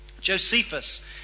Josephus